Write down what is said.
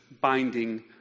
binding